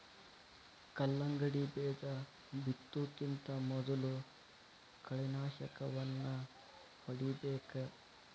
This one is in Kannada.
ಕಲ್ಲಂಗಡಿ ಬೇಜಾ ಬಿತ್ತುಕಿಂತ ಮೊದಲು ಕಳೆನಾಶಕವನ್ನಾ ಹೊಡಿಬೇಕ